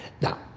now